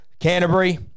Canterbury